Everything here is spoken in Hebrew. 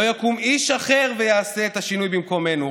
לא יקום איש אחר ויעשה את השינוי במקומנו,